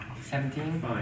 Seventeen